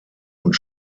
und